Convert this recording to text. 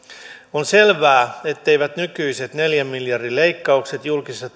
on selvää etteivät nykyiset neljän miljardin leikkaukset julkisesta